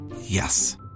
Yes